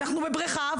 אנחנו בבריכה,